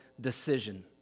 decision